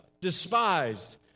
despised